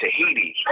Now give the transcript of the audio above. Tahiti